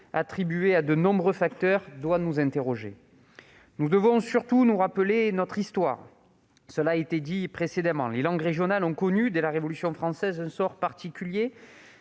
attribué à de nombreux facteurs, doit nous interroger. Nous devons surtout nous rappeler notre histoire. Les langues régionales ont connu, dès la Révolution française, un sort particulier.